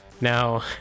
Now